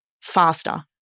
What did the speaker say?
faster